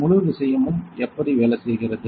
முழு விஷயமும் எப்படி வேலை செய்கிறது